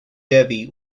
devi